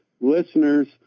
listeners